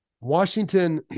Washington